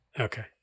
Okay